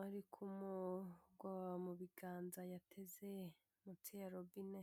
ari kumugwa mu biganza yateze munsi ya robine.